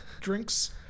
drinks